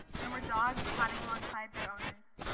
no more dogs padding alongside their owners,